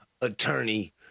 attorney